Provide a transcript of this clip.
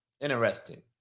Interesting